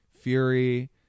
fury